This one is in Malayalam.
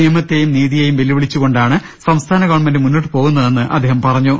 നിയമത്തെയും നീതിയെയും വെല്ലുവിളിച്ചു കൊണ്ടാണ് സംസ്ഥാന ഗവൺമെന്റ് മുന്നോട്ട് പോകുന്നതെന്ന് അദ്ദേഹം പറഞ്ഞു